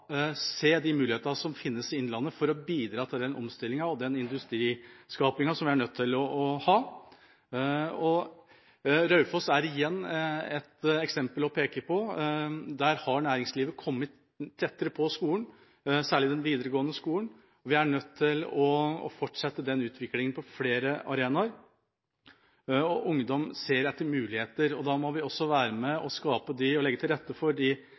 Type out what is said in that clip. se de mulighetene som finnes i innlandet for å bidra til den omstillingen og den industriskapingen som vi er nødt til å ha. Raufoss er igjen et eksempel å peke på. Der har næringslivet kommet tettere på skolen, særlig den videregående skolen. Vi er nødt til å fortsette den utviklingen på flere arenaer. Ungdom ser etter muligheter, og da må vi også være med og skape og legge til rette for